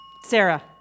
Sarah